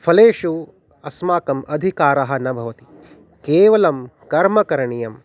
फलेषु अस्माकम् अधिकारः न भवति केवलं कर्मं करणीयम्